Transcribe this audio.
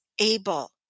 able